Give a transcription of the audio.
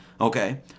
okay